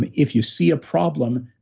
and if you see a problem,